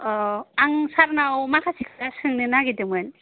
अ आं सारनाव माखासे खोथा सोंनो नागेरदोंमोन